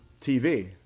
tv